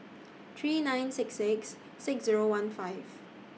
three nine six six six Zero one five